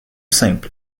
simple